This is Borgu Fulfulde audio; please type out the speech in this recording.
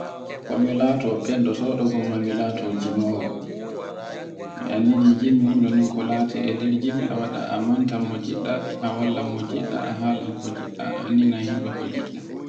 ko laato fendu soda gonda mi laato gimoowo. Mi anndi ni gimi hunnuno e nder gimi e waɗa amanta mo jiɗɗa, a wallan mo giɗɗa, a halan ko giɗɗa, a anndina yimbe ko ngiɗɗa.